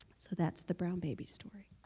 so that's the brown baby story